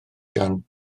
gan